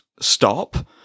stop